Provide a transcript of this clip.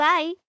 Bye